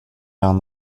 down